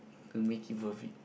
to make it worth it